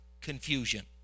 confusion